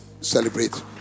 celebrate